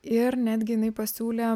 ir netgi jinai pasiūlė